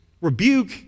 Rebuke